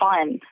fun